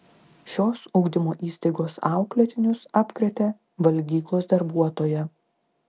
šios ugdymo įstaigos auklėtinius apkrėtė valgyklos darbuotoja